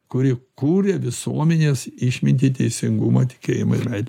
kuri kuria visuomenės išmintį teisingumą tikėjimą ir meilę